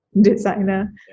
designer